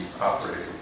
operating